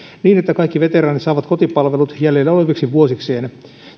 niin että kaikki veteraanit saavat kotipalvelut jäljellä oleviksi vuosikseen